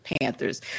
Panthers